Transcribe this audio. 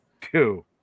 two